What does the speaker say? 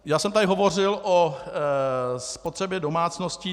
Já jsem tady hovořil o spotřebě domácností.